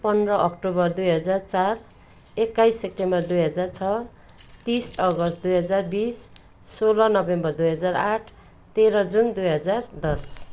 पन्ध्र अक्टोबर दुई हजार चार एक्काइस सेप्टेम्बर दुई हजार छ तिस अगस्त दुई हजार बिस सोह्र नोभेम्बर दुई हजार आठ तेह्र जुन दुई हजार दस